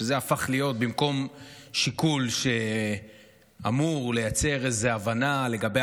שבמקום שיקול שאמור לייצר איזו הבנה לגבי